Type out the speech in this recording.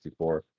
64